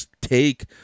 take